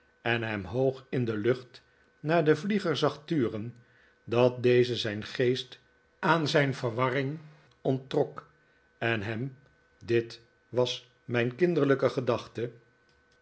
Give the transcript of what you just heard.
en hem hoog in de lucht naar den vlieger zag turen dat deze zijn geest aan zijn verwarring onttrok en hem dit was mijn kinderlijke gedachte